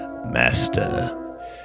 Master